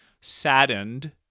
saddened